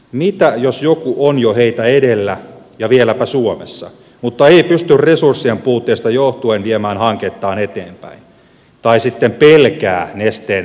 mitä jos joku on jo heitä edellä ja vieläpä suomessa mutta ei pysty resurssien puutteesta johtuen viemään hankettaan eteenpäin tai sitten pelkää nesteen varastavan ideansa